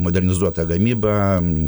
modernizuota gamyba